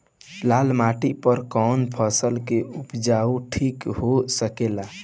लाल माटी पर कौन फसल के उपजाव ठीक हो सकेला?